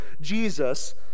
Jesus